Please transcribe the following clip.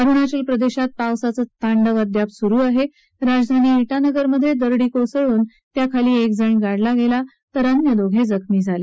अरुणाचल प्रदेशात पावसाचं तांडव अद्याप सुरु आहे राजधानी ठानगरमधे दरडी कोसळून त्याखाली एकजण गाडला गेला तर अन्य दोघे जखमी झाले